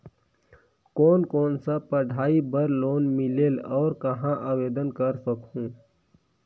कोन कोन सा पढ़ाई बर लोन मिलेल और कहाँ आवेदन कर सकहुं?